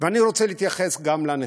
אני רוצה להתייחס גם לנכים.